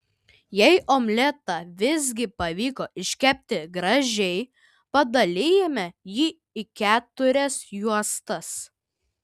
jei omletą visgi pavyko iškepti gražiai padalijame jį į keturias juostas